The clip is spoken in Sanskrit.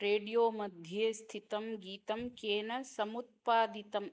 रेडियोमध्ये स्थितं गीतं केन समुत्पादितम्